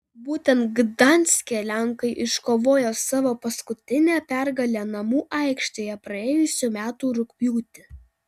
būtent gdanske lenkai iškovojo savo paskutinę pergalę namų aikštėje praėjusių metų rugpjūtį